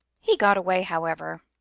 he got away, however,